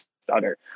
stutter